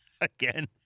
Again